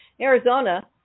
Arizona